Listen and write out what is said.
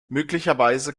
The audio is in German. möglicherweise